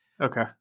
Okay